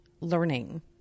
learning